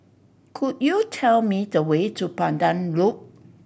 could you tell me the way to Pandan Loop